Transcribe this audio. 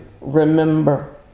remember